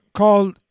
called